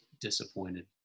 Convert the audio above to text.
disappointed